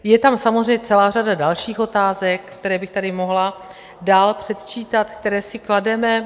Je tam samozřejmě celá řada dalších otázek, které bych tady mohla dál předčítat, které si klademe.